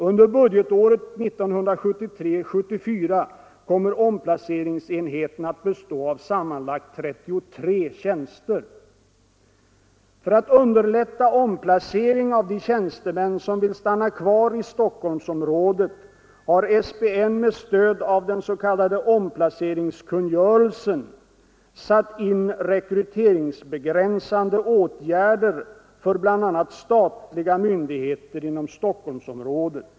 Under budgetåret 1973/74 kommer omplaceringsenheten att bestå av sammanlagt 33 tjänster. För att underlätta omplacering av de tjänstemän som vill stanna kvar i Stockholmsområdet har SPN med stöd av den s.k. omplaceringskungörelsen satt in rekryteringsbegränsande åtgärder för bl.a. statliga myndigheter inom Stockholmsområdet.